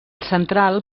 central